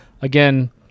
Again